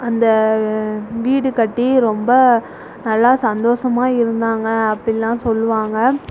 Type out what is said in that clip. அந்த வீடு கட்டி ரொம்ப நல்லா சந்தோஷமா இருந்தாங்க அப்படில்லாம் சொல்லுவாங்க